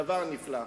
זה דבר נפלא.